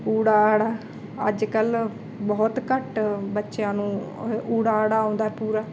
ਊੜਾ ਆੜਾ ਅੱਜ ਕੱਲ੍ਹ ਬਹੁਤ ਘੱਟ ਬੱਚਿਆਂ ਨੂੰ ਇਹ ਊੜਾ ਆੜਾ ਆਉਂਦਾ ਪੂਰਾ